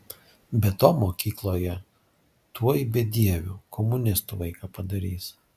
be to mokykloje tuoj bedieviu komunistu vaiką padarys